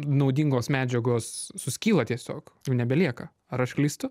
naudingos medžiagos suskyla tiesiog jų nebelieka ar aš klystu